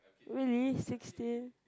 really sixteen